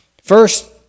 First